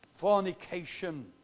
fornication